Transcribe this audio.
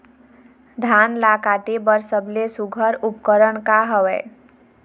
धान ला काटे बर सबले सुघ्घर उपकरण का हवए?